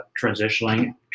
transitioning